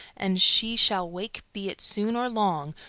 and she shall wake, be it soon or long,